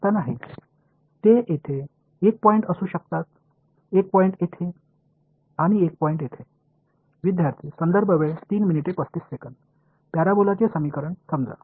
மாணவர் எங்களுக்கு மூன்று புள்ளிகள் உள்ளன ஆம் உங்களுக்கு மூன்று புள்ளிகள் உள்ளன